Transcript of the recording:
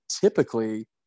typically